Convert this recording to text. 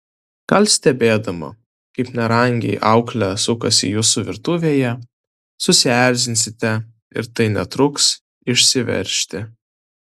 gal stebėdama kaip nerangiai auklė sukasi jūsų virtuvėje susierzinsite ir tai netruks išsiveržti